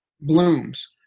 blooms